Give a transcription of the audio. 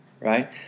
Right